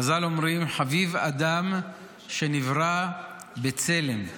חז"ל אומרים: "חביב אדם שנברא בצלם".